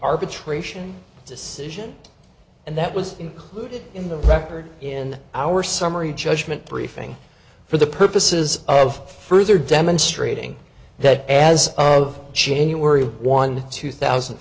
arbitration decision and that was included in the record in our summary judgment briefing for the purposes of further demonstrating that as of january one two thousand